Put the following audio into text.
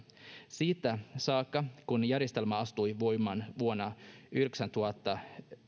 siitä saakka kun järjestelmä astui voimaan vuonna